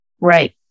Right